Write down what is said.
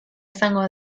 izango